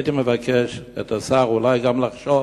הייתי מבקש מהשר אולי לחשוב